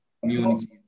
community